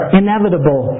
inevitable